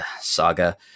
Saga